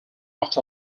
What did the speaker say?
walked